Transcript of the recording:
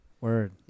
Word